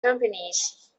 companies